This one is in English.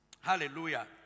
Hallelujah